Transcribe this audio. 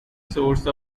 source